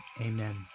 amen